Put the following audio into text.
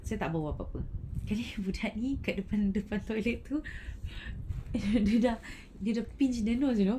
saya tak bawa apa-apa jadi budak ni kat depan toilet tu dia dia tak dia tak pinch the nose you know